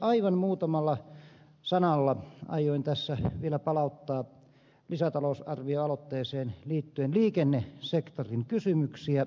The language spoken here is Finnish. aivan muutamalla sanalla aioin tässä vielä palauttaa lisätalousarvioaloitteeseen liittyen liikennesektorin kysymyksiä